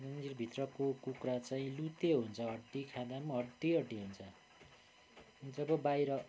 जन्जिरभित्रको कुखुरा चाहिँ लुते हुन्छ हड्डी खाँदा पनि हड्डी हड्डी हुन्छ जब बाहिर